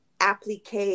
applique